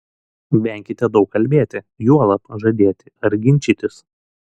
venkite daug kalbėti juolab žadėti ar ginčytis